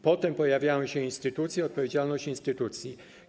Potem pojawiają się instytucje, odpowiedzialność instytucji.